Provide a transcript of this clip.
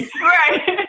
Right